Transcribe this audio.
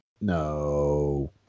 No